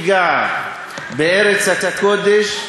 שיפגע בארץ הקודש,